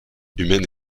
humaine